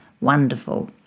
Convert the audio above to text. wonderful